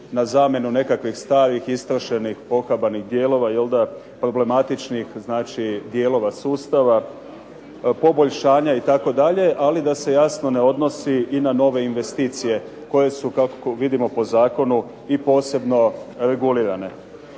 na zamjenu nekakvih starih, istrošenih, pohabanih dijelova, problematičnih dijelova sustava, poboljšanja itd. ali da se jasno ne odnosi na nove investicije, koje su kako vidimo po zakonu i posebno regulirane.